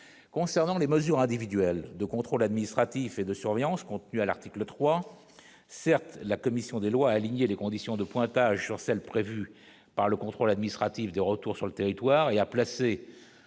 concernant les mesures individuelles de contrôle administratif et de surveillance contenue à l'article 3, certes, la commission des lois, aligner les conditions de pointage sur celle prévue par le contrôle administratif, de retour sur le territoire et a placé